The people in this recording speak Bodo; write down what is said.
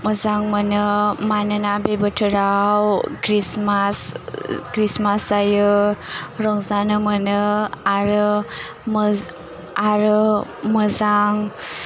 मोजां मोनो मानोना बे बोथोराव ख्रिस्टमास ख्रिस्टमास जायो रंजानो मोनो आरो मोज आरो मोजां